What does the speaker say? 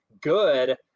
good